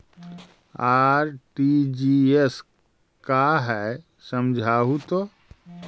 RTGS का है समझाहू तो?